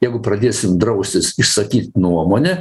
jeigu pradėsim draustis išsakyti nuomonę